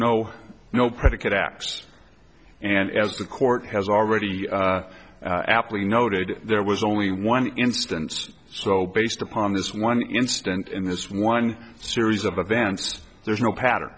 no no predicate acts and as the court has already aptly noted there was only one instance so based upon this one instant in this one series of events there is no pattern